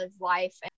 life